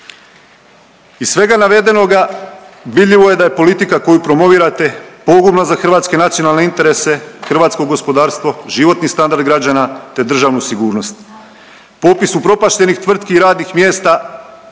Iz svega navedenoga vidljivo je da je politika koju promovirate pogubna za hrvatske nacionalne interese, hrvatsko gospodarstvo, životni standard građana te državnu sigurnost. Popis upropaštenih tvrtki i radnih mjesta je